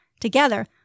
Together